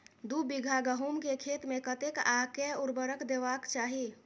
दु बीघा गहूम केँ खेत मे कतेक आ केँ उर्वरक देबाक चाहि?